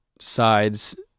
sides